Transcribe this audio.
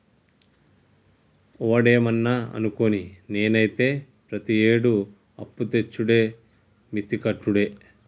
ఒవడేమన్నా అనుకోని, నేనైతే ప్రతియేడూ అప్పుతెచ్చుడే మిత్తి కట్టుడే